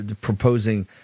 proposing